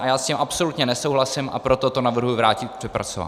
A já s tím absolutně nesouhlasím, a proto to navrhuji vrátit k přepracování.